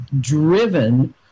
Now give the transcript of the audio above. driven